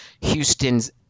Houston's